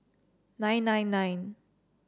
nine nine nine